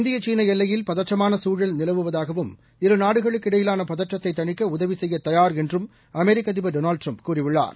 India சீனா எல்லையில் பதற்றமான சூழல் நிலவுவதாகவும் இருநாடுகளுக்கு இடையிலான பதற்றத்தை தணிக்க உதவி செய்யத் தயார் என்றும் அமெரிக்க அதிபர் டொனால்டு ட்ரம்ப் கூறியுள்ளார்